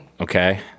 Okay